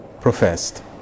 professed